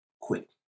quick